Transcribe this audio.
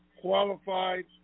qualified